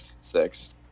six